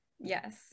Yes